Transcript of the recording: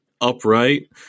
upright